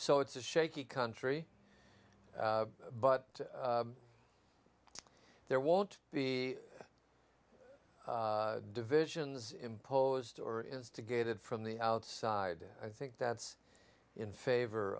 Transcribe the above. so it's a shaky country but there won't be divisions imposed or instigated from the outside i think that's in favor